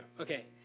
Okay